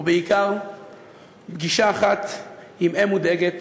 ובעיקר פגישה אחת עם אם מודאגת